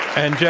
and, jed,